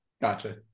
Gotcha